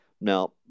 Now